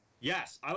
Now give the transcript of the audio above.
Yes